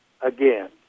again